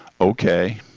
okay